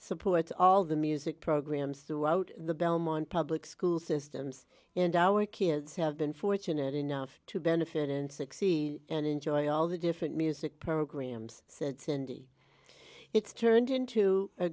supports all the music programs throughout the belmont public school systems and our kids have been fortunate enough to benefit in sixty and enjoy all the different music programs said cindy it's turned into a